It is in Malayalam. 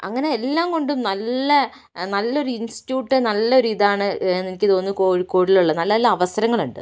അങ്ങനെ എല്ലാം കൊണ്ടും നല്ല നല്ലൊരു ഇൻസ്റ്റിട്യൂട്ട് നല്ലൊരിതാണ് എന്നെനിക്ക് തോന്നുന്നു കോഴിക്കോടിലുള്ളത് നല്ല നല്ല അവസരങ്ങളുണ്ട്